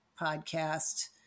podcast